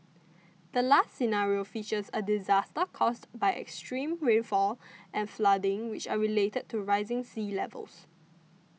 the last scenario features a disaster caused by extreme rainfall and flooding which are related to rising sea levels